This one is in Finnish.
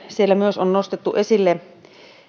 siellä on myös nostettu esille